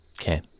okay